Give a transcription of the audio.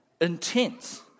intense